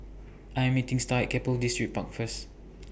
I Am meeting Starr At Keppel Distripark First